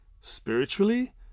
spiritually